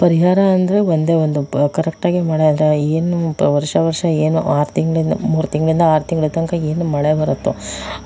ಪರಿಹಾರ ಅಂದರೆ ಒಂದೇ ಒಂದು ಪ ಕರೆಕ್ಟಾಗಿ ಮಳೆ ಆದರೆ ಏನು ಪ ವರ್ಷ ವರ್ಷ ಏನು ಆರು ತಿಂಗಳಿಂದ ಮೂರು ತಿಂಗಳಿಂದ ಆರು ತಿಂಗಳ ತನಕ ಏನು ಮಳೆ ಬರುತ್ತೋ